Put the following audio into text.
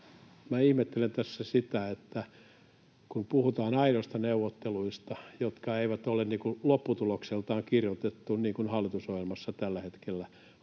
ihmettelen tässä sitä, että kun puhutaan aidoista neuvotteluista, jotka eivät ole lopputulokseltaan kirjoitetut niin kuin hallitusohjelmassa tällä hetkellä